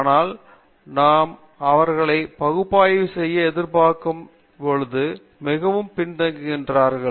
ஆனால் நாம் அவர்களை பகுப்பாய்வு செய்ய எதிர்பாற்கும் பொழுது மிகவும் பின் தங்குகிறார்கள்